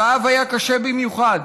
הרעב היה קשה במיוחד.